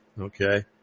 Okay